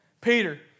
Peter